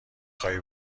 خواهی